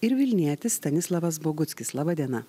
ir vilnietis stanislavas boguckis laba diena